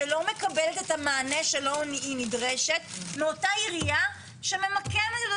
שלא מקבלת את המענה שלו היא נדרשת מאותה יריעה שממקמת את